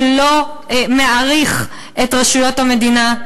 שלא מעריך את רשויות המדינה,